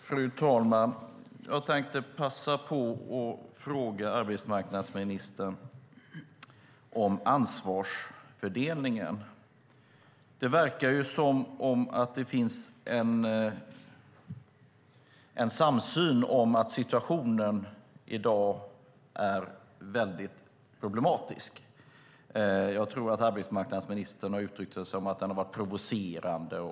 Fru talman! Jag tänkte passa på att fråga arbetsmarknadsministern om ansvarsfördelningen. Det verkar som att det finns en samsyn om att situationen i dag är väldigt problematisk. Jag tror att arbetsmarknadsministern har uttryckt det som att den har varit provocerande.